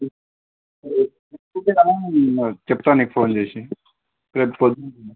చెప్తాను నీకు ఫోన్ చేసి రేపు పొద్దున